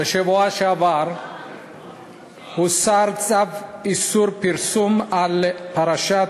בשבוע שעבר הוסר צו איסור פרסום של פרשת